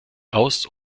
aus